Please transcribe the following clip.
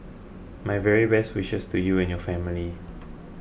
my very best wishes to you and your family